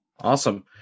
Awesome